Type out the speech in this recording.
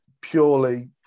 purely